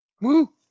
Woo